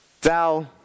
Thou